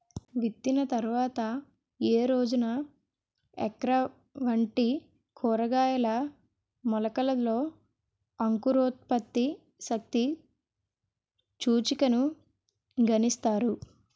విత్తిన తర్వాత ఏ రోజున ఓక్రా వంటి కూరగాయల మొలకలలో అంకురోత్పత్తి శక్తి సూచికను గణిస్తారు?